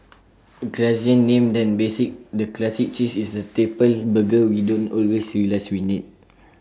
A classier name than basic the classic cheese is the staple burger we don't always realise we need